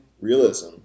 realism